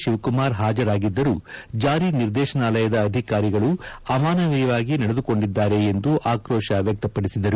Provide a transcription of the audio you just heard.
ಶಿವಕುಮಾರ್ ಹಾಜರಾಗಿದ್ದರೂ ಜಾರಿ ನಿರ್ದೇಶನಾಲಯದ ಅಧಿಕಾರಿಗಳು ಅಮಾನವೀಯವಾಗಿ ನಡೆದುಕೊಂಡಿದ್ದಾರೆ ಎಂದು ಆಕ್ರೋಶ ವ್ಯಕ್ತಪಡಿಸಿದರು